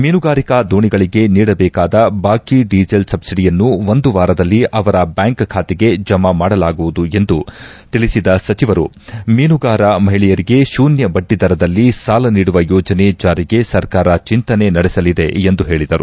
ಮೀನುಗಾರಿಕಾ ದೋಣಿಗಳಿಗೆ ನೀಡಬೇಕಾದ ಬಾಕಿ ಡೀಸೆಲ್ ಸಬ್ಬಡಿಯನ್ನು ಒಂದು ವಾರದಲ್ಲಿ ಅವರ ಬ್ಯಾಂಕ್ ಬಾತೆಗೆ ಜಮಾ ಮಾಡಲಾಗುವುದು ಎಂದು ತಿಳಿಸಿದ ಸಚಿವರು ಮೀನುಗಾರ ಮಹಿಳೆಯರಿಗೆ ಶೂನ್ಥ ಬಡ್ಡಿದರದಲ್ಲಿ ಸಾಲ ನೀಡುವ ಯೋಜನೆ ಜಾರಿಗೆ ಸರ್ಕಾರ ಚಿಂತನೆ ನಡೆಸಲಿದೆ ಎಂದು ಹೇಳಿದರು